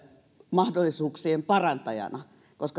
mahdollisuuksien parantajana